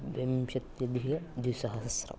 विंशत्यधिकद्विसहस्रम्